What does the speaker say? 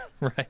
Right